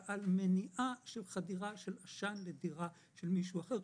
על מניעת חדירת עשן לדירה של מישהו אחר,